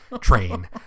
train